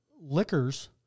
Liquors